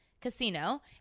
casino